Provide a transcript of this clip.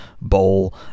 bowl